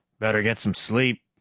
better get some sleep,